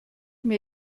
mir